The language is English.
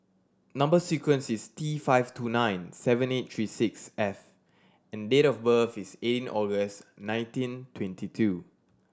number sequence is T five two nine seven eight three six F and date of birth is eighteen August nineteen twenty two